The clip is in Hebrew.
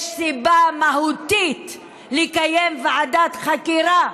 יש סיבה מהותית לקיים ועדת חקירה,